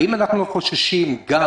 האם אנחנו לא חוששים גם